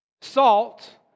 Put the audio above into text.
salt